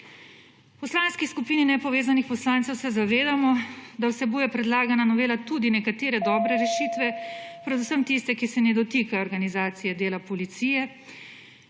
V Poslanski skupini nepovezanih poslancev se zavedamo, da vsebuje predlagana novela tudi nekatere dobre rešitve, predvsem tisti, ki se ne dotika organizacije dela policije.